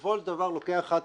ובסופו של דבר לוקח את הכסף,